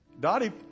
Dottie